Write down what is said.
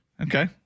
Okay